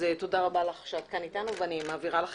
תודה רבה לך שאת כאן אתנו ואני מעבירה לך